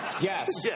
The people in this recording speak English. Yes